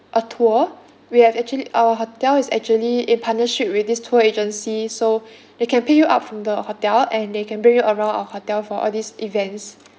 a tour we have actually our hotel is actually in partnership with this tour agency so they can pick you up from the hotel and they can bring you around our hotel for uh these events